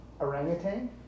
Orangutan